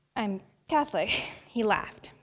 i'm catholic. he laughed.